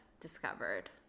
discovered